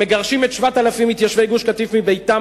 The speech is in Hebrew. מגרשים את 7,000 מתיישבי גוש-קטיף מביתם,